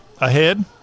ahead